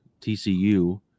TCU